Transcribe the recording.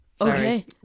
Okay